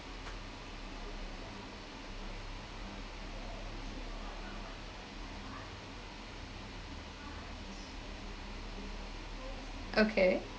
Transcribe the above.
okay